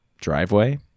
Driveway